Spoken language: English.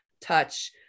touch